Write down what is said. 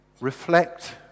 reflect